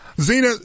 Zena